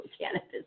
Cannabis